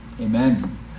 Amen